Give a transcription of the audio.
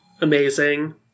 amazing